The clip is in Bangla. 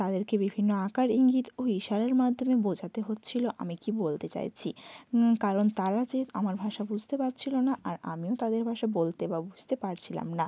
তাদেরকে বিভিন্ন আকার ইঙ্গিত ও ইশারার মাধ্যমে বোঝাতে হচ্ছিল আমি কি বলতে চাইছি কারণ তারা যে আমার ভাষা বুঝতে পারছিল না আর আমিও তাদের ভাষা বলতে বা বুঝতে পারছিলাম না